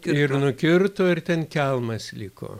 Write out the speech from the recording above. ir nukirto ir ten kelmas liko